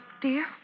dear